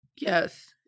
Yes